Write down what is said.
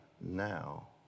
now